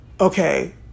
okay